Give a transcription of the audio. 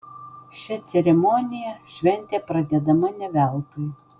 šia ceremonija šventė pradedama ne veltui